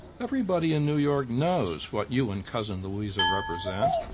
everybody in new york knows what you and cousin louisa represent.